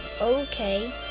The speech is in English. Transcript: Okay